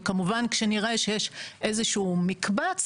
אם נראה כמובן איזשהו מקבץ,